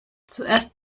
zuerst